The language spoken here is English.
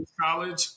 College